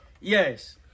yes